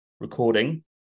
recording